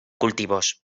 cultivos